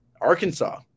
Arkansas